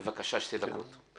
בבקשה, שתי דקות.